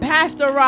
Pastor